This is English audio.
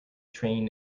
train